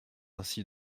ainsi